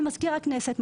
עם מזכיר הכנסת,